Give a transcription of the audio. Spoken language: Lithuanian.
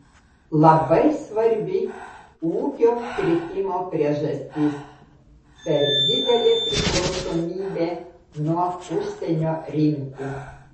labai svarbi ūkio kritimo priežastis per didelė priklausomybė nuo užsienio rinkų